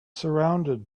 surrounded